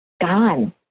Gone